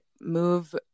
move